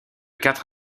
quatre